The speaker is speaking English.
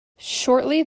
shortly